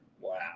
Wow